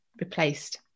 replaced